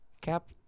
Cap